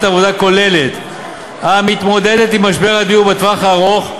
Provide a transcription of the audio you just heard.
עבודה כוללת המתמודדת עם משבר הדיור בטווח הארוך,